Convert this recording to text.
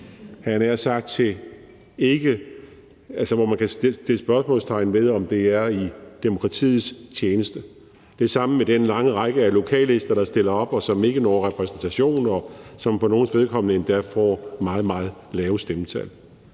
1 mio. kr. til noget, hvor man kan sætte spørgsmålstegn ved, om det er i demokratiets tjeneste. Det samme gælder den lange række af lokallister, der stiller op, og som ikke opnår repræsentation, og som for nogles vedkommende endda får meget, meget lave stemmetal.